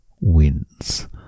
wins